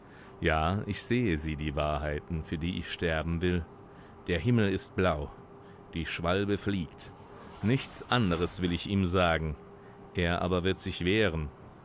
ja ich sehe sie die wahrheiten für die ich sterben will der himmel ist blau die schwalbe fliegt nichts anderes will ich ihm sagen er aber wird sich wehren